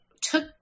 took